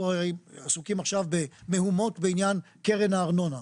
אנחנו עסוקים עכשיו במהומות עם מה שקורה בקרן הארנונה,